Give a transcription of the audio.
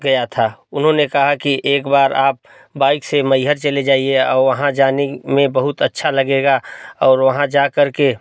गया था उन्होंने कहा कि एक बार आप बाइक से मैहर चले जाइए और वहाँ जाने में बहुत अच्छा लगेगा और वहाँ जाकर के